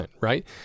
right